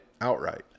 outright